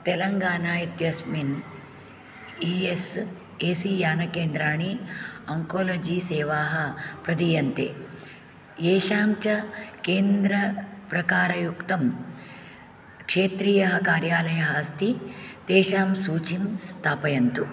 तेलङ्गना इत्यस्मिन् E S I C यानि केन्द्राणि आङ्कोलोजी सेवाः प्रदीयन्ते येषां च केन्द्रप्रकारयुक्तं क्षेत्रीयः कार्यालयः अस्ति तेषां सूचीं स्थापयतु